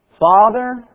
Father